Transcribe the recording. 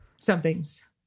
Something's